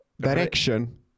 Direction